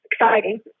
exciting